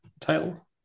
title